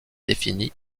définie